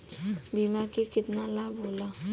बीमा के केतना लाभ होला?